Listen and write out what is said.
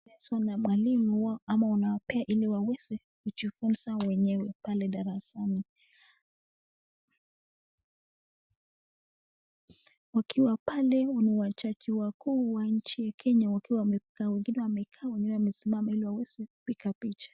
darasani na mwalimu ama unawapea ili waweze kujifunza wenyewe pale darasani. Wakiwa pale unawacha wakuu wa nchi ya Kenya wakiwa wamefika wengine wamekaa wengine wamesimama ili waweze kupiga picha.